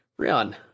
Rian